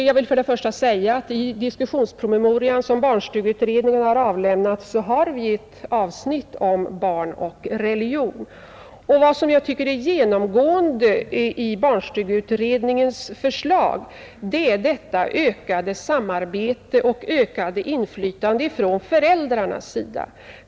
Jag vill då framhålla att i den diskussionspromemoria som barnstugeutredningen har avlämnat finns ett avsnitt om barn och religion. Vad som jag tycker är genomgående i barnstugeutredningens förslag är detta ökade samarbete och ökade inflytande från föräldrarnas sida.